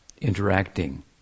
interacting